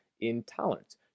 intolerance